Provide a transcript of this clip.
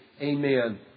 amen